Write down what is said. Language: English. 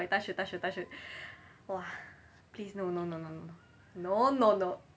touch-wood touch-wood touch-wood !wah! please no no no no no no no no no